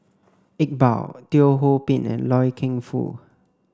Iqbal Teo Ho Pin and Loy Keng Foo